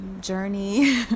journey